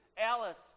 Alice